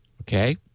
Okay